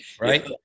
right